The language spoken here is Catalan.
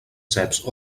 ceps